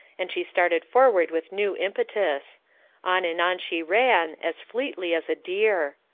and she started forward with new impetus on and on she ran as fleetly as a deer.